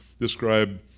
describe